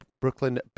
Brooklyn